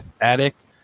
Addict